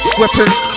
weapons